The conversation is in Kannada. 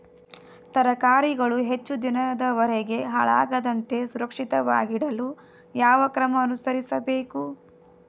ತರಕಾರಿಗಳು ಹೆಚ್ಚು ದಿನದವರೆಗೆ ಹಾಳಾಗದಂತೆ ಸುರಕ್ಷಿತವಾಗಿಡಲು ಯಾವ ಕ್ರಮ ಅನುಸರಿಸಬೇಕು?